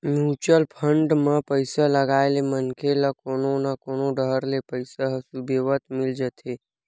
mutual fund म पइसा लगाए ले मनखे ल कोनो न कोनो डाहर ले पइसा ह सुबेवत मिल जाथे